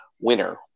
winner